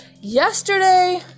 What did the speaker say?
yesterday